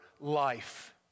life